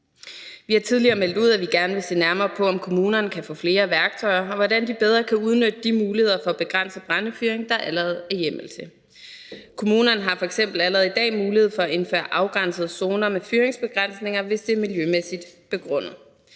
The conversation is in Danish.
Vi har tidligere meldt ud, at vi gerne vil se nærmere på, om kommunerne kan få flere værktøjer, og hvordan de bedre kan udnytte de muligheder for at begrænse brændefyring, der allerede er hjemmel til. Kommunerne har f.eks. allerede i dag mulighed for at indføre afgrænsede zoner med fyringsbegrænsninger, hvis det er miljømæssigt begrundet.